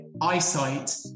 eyesight